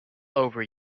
over